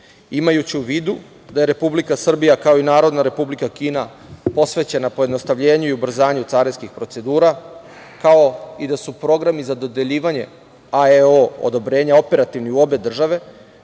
Evrope. Imajući u vidu da RS kao i Narodna Republika Kina posvećena pojednostavljenju i ubrzanju carinskih procedura, kao i da su programi za dodeljivanje AEO odobrenja operativni u obe države,